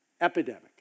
Epidemic